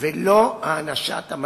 ולא הענשת המזיק.